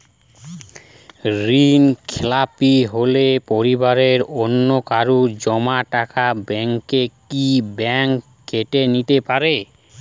ঋণখেলাপি হলে পরিবারের অন্যকারো জমা টাকা ব্যাঙ্ক কি ব্যাঙ্ক কেটে নিতে পারে?